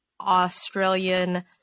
Australian